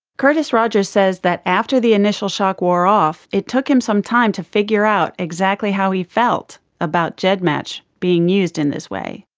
curtis rogers says that after the initial shock wore off, it took him some time to figure out exactly how he felt about gedmatch being used in this way.